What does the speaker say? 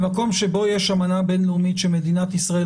במקום שבו יש אמנה בין-לאומית שמדינת ישראל